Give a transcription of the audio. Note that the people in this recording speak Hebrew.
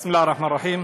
בסם אללה א-רחמאן א-רחים.